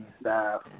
staff